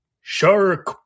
shark